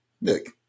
Nick